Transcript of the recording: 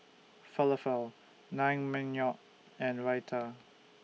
Falafel Naengmyeon and Raita